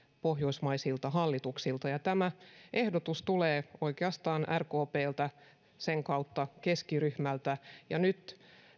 pohjoismaisilta hallituksilta ja tämä ehdotus tulee oikeastaan rkpltä sen kautta keskiryhmältä nyt